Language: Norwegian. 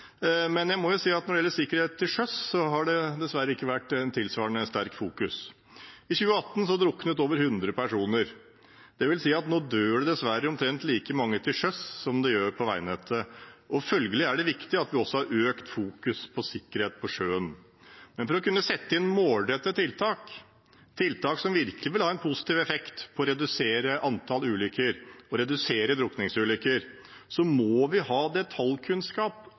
Men jeg må jo si at når det gjelder sikkerhet til sjøs, har det dessverre ikke vært tilsvarende sterkt fokus. I 2018 druknet over 100 personer. Det vil si at nå dør det dessverre omtrent like mange til sjøs som det gjør på veinettet. Følgelig er det viktig at vi også har økt fokus på sikkerhet på sjøen. Men for å kunne sette inn målrettede tiltak, tiltak som virkelig vil ha en positiv effekt på å redusere antall ulykker og redusere drukningsulykker, må vi ha detaljkunnskap